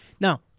Now